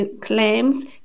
claims